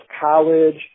college